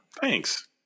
Thanks